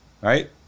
Right